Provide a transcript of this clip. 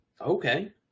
Okay